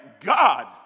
God